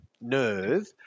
nerve